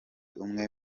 umwe